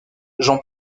jean